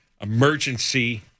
emergency